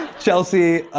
chelsea, ah,